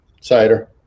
cider